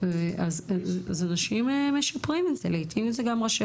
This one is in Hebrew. אז אנשים משפרים ולעיתים זה גם ראשי